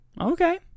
Okay